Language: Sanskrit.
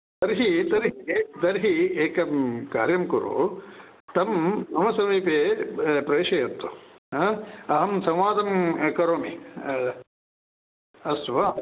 तर्हि तर्हि तर्हि एकं कार्यं कुरु तं मम समीपे प्रेषयतु अहं संवादं करोमि अस्तु वा